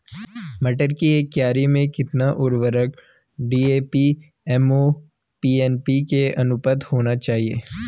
मटर की एक क्यारी में कितना उर्वरक डी.ए.पी एम.ओ.पी एन.पी.के का अनुपात होना चाहिए?